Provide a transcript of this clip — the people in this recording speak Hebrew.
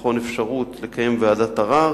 לבחון אפשרות לקיים ועדת ערר